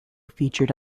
featured